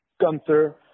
Gunther